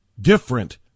different